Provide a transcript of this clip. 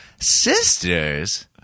Sisters